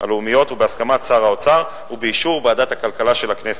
הלאומיות בהסכמת שר האוצר ובאישור ועדת הכלכלה של הכנסת.